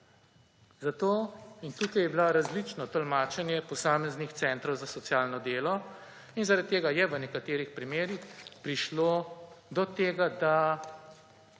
Tukaj je bilo različno tolmačenje posameznih centrov za socialno delo in zaradi tega je v nekaterih primerih prišlo do tega, da